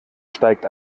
steigt